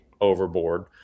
overboard